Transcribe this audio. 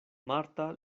marta